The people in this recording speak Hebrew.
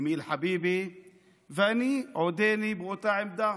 אמיל חביבי היו ואני עודני באותה עמדה